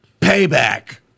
payback